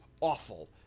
awful